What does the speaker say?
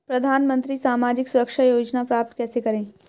प्रधानमंत्री सामाजिक सुरक्षा योजना प्राप्त कैसे करें?